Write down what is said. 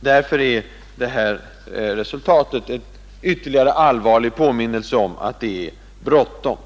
Därför är det här resultatet ytterligare en allvarlig påminnelse om att det är bråttom.